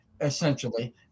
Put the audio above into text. essentially